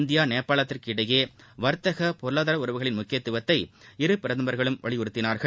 India நேபாளத்திற்கு இடையே வர்த்தகப் பொருளாதார உறவுகளின் முக்கியத்துவத்தை இரு பிரதமர்களும் வலியுறுத்தினார்கள்